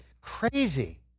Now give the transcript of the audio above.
crazy